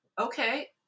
okay